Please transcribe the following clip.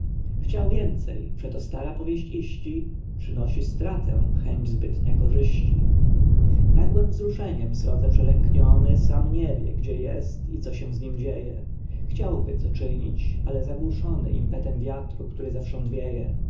chciał więcej przeto stara powieść iści przynosi stratę chęć zbytnia korzyści nagłem wzruszeniem srodze przelękniony sam nie wie gdzie jest i co się z nim dzieje chciałby co czynić ale zagłuszony impetem wiatru który zewsząd wieje